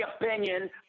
opinion